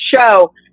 show